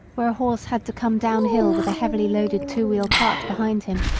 where a horse had to come downhill with a heavily loaded two-wheel cart behind him,